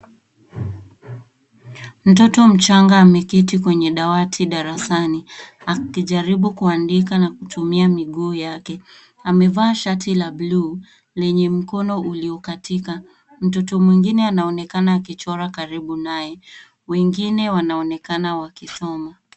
Mtoto mchanga ameketi kwenye dawati darasani akijaribu kuandika na kutumia miguu yake . Amevaa shati la bluu, lenye mkono uliokatika. Mtoto mwingine anaonekana akichora karibu naye. Wengine wanaonekana wakisoma.